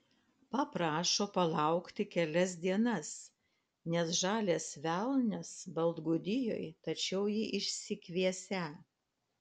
paprašo palaukti kelias dienas nes žalias velnias baltgudijoj tačiau jį išsikviesią